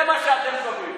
זה מה שאתם שווים.